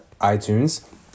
iTunes